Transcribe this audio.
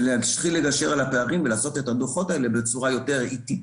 ולהתחיל לגשר על הפערים ולעשות את הדוחות האלה בצורה יותר עיתית.